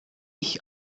ich